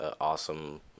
awesome